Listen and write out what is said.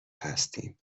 هستیم